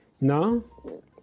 No